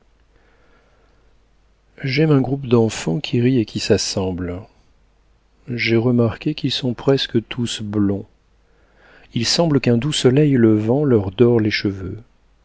j'aime un groupe d'enfants qui rit et qui s'assemble j'ai remarqué qu'ils sont presque tous blonds il semble qu'un doux soleil levant leur dore les cheveux